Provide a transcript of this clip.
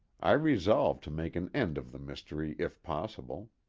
i resolved to make an end of the mystery if possible.